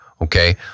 Okay